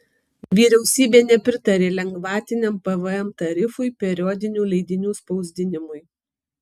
vyriausybė nepritarė lengvatiniam pvm tarifui periodinių leidinių spausdinimui